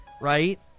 Right